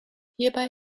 hierbei